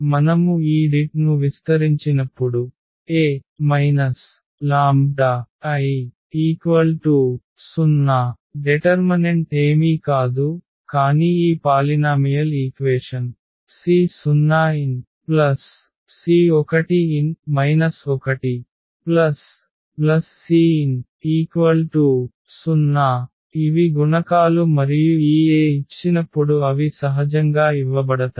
మనము ఈ det ను విస్తరించినప్పుడు A λI 0 డెటర్మనెంట్ ఏమీ కాదు కానీ ఈ పాలినామియల్ ఈక్వేషన్ c0nc1n 1cn0 ఇవి గుణకాలు మరియు ఈ A ఇచ్చినప్పుడు అవి సహజంగా ఇవ్వబడతాయి